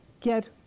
get